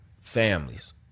families